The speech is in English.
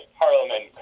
Parliament